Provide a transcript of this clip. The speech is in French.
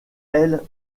ailes